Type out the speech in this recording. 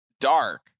dark